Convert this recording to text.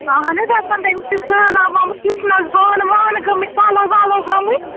اَہَنُو دَپان تٔمِس چھُ سہلاب آمُت کِچنَس بانہٕ وانہٕ گٔمٕتۍ پَلو وَلو گٔمٕتۍ